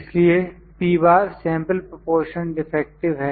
इसलिए sample proportion defective है